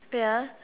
wait ah